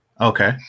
Okay